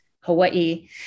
Hawaii